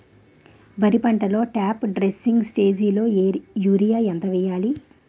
వరి పంటలో top dressing స్టేజిలో యూరియా ఎంత వెయ్యాలి?